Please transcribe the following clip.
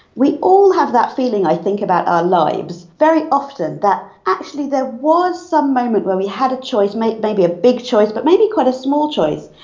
we all have that feeling i think about our lives, very often that actually there was some moment where we had a choice, maybe a big choice but maybe quite a small choice,